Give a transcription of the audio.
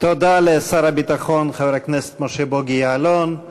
תודה לשר הביטחון חבר הכנסת משה בוגי יעלון.